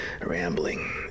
rambling